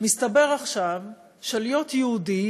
מסתבר עכשיו שלהיות יהודי